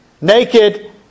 naked